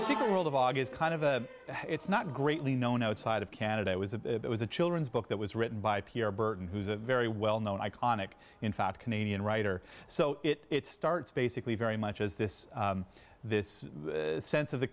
the secret world of august kind of a it's not greatly known outside of canada it was a it was a children's book that was written by pierre burton who's a very well known iconic in fact canadian writer so it starts basically very much as this this sense of the